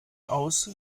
aus